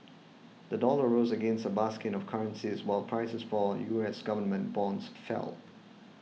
the dollar rose against a basket of currencies while prices for U S government bonds fell